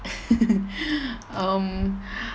um